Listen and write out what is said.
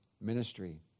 ministry